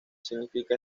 significa